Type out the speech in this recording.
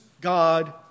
God